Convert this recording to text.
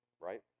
Right